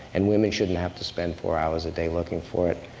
and women shouldn't have to spend four hours a day looking for it,